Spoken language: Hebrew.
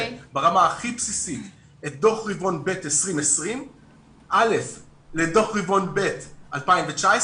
ברמה הכי בסיסית את דוח רבעון ב' 2020 לדוח רבעון ב' 2019